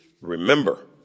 Remember